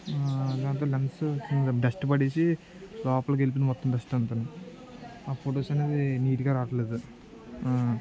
అంతా లెన్స్ వచ్చి డస్ట్ పడి లోపలకి వెళ్లిపోయి మొత్తం డస్ట్ అవుతుంది ఆ ఫొటోస్ అనేది నీట్గా రావట్లేదు